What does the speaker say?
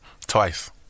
Twice